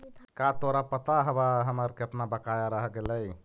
का तोरा पता हवअ हमर केतना बकाया रह गेलइ